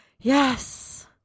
Yes